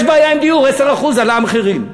יש בעיה עם הדיור, ב-10% עלו המחירים.